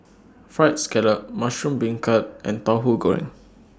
Fried Scallop Mushroom Beancurd and Tauhu Goreng